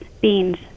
beans